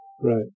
Right